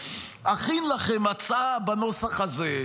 אכין לכם הצעה בנוסח הזה,